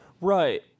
Right